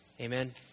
Amen